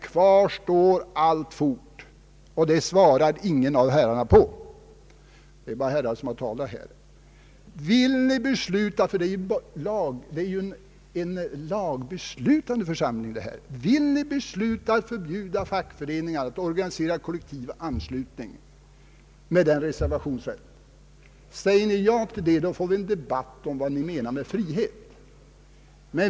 Kvar står alltfort frågan — den svarar ingen av herrarna på, och det är för resten bara herrar som har talat här: Vill ni besluta — detta är ju en lagbeslutande församling — att förbjuda fackföreningar att organisera kollektiv anslutning? Svarar ni ja på den frågan, får vi en debatt om vad ni menar med frihet.